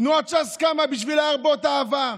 תנועת ש"ס קמה בשביל להרבות אהבה,